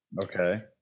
Okay